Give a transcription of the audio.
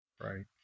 Right